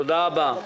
תודה רבה.